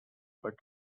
but